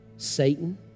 Satan